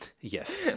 Yes